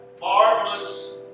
marvelous